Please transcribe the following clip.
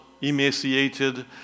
emaciated